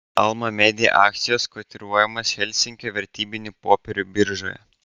alma media akcijos kotiruojamos helsinkio vertybinių popierių biržoje